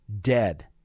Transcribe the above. dead